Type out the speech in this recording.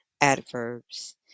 adverbs